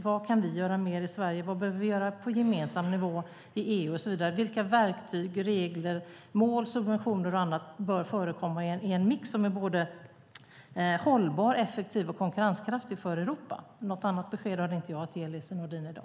Vad kan vi göra mer i Sverige? Vad behöver vi göra på gemensam nivå i EU, och så vidare? Vilka verktyg, regler, mål, subventioner och annat bör förekomma i en mix som är både hållbar, effektiv och konkurrenskraftig för Europa? Något annat besked har jag inte att ge Lise Nordin i dag.